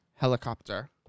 helicopter